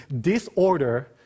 disorder